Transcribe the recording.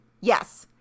Yes